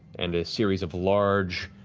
and a series of large,